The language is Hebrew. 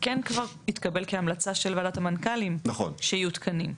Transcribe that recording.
זה כן כבר התקבל כהמלצה של ועדת המנכ"לים שיהיו תקנים.